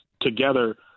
together